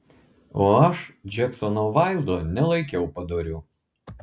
o aš džeksono vaildo nelaikiau padoriu